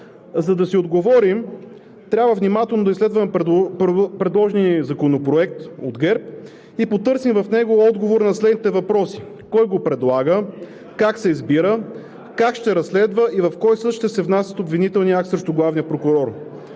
За да си отговорим, трябва внимателно да изследваме предложения ни Законопроект от ГЕРБ и потърсим в него отговор на следните въпроси: кой го предлага, как се избира, как ще разследва и в кой съд ще се внася обвинителният акт срещу главния прокурор.